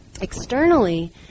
externally